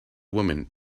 woman